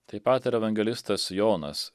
taip pat ir evangelistas jonas